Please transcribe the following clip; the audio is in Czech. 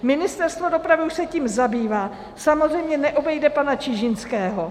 Ministerstvo dopravy už se tím zabývá, samozřejmě neobejde pana Čižinského.